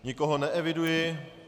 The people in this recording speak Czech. Nikoho neeviduji.